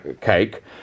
cake